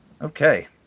Okay